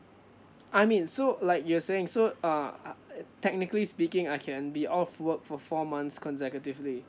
I mean so uh like you're saying so err uh it technically speaking I can be off work for four months consecutively